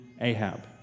Ahab